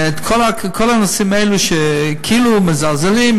כל הנושאים האלו שכאילו מזלזלים,